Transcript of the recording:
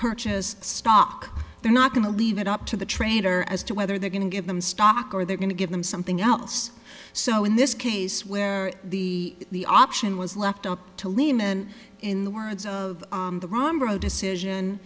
purchase stock they're not going to leave it up to the trader as to whether they're going to give them stock or they're going to give them something else so in this case where the option was left up to lehman in the words of the wrong decision